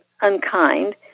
unkind